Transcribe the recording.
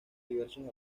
diversos